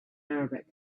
arabic